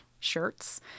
shirts